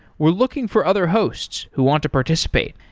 we're looking for other hosts who want to participate.